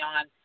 on